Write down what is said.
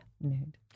Nude